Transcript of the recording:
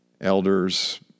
elders